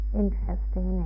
interesting